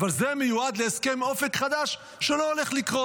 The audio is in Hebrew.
אבל זה מיועד להסכם אופק חדש שלא הולך לקרות.